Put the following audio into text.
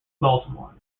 baltimore